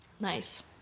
nice